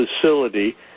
facility